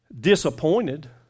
disappointed